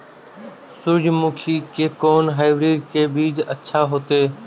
सूर्यमुखी के कोन हाइब्रिड के बीज अच्छा होते?